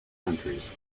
countries